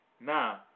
Now